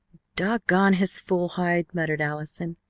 dog-gone his fool hide! muttered allison.